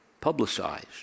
publicized